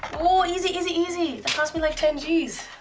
woah, easy easy easy! that cost me like ten g's.